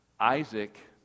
Isaac